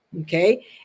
Okay